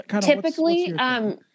Typically